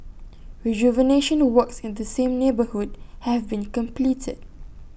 rejuvenation works in the same neighbourhood have been completed